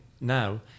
now